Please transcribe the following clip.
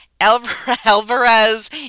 alvarez